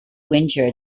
winter